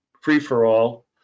free-for-all